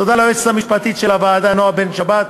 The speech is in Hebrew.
תודה ליועצת המשפטית של הוועדה נועה בן-שבת,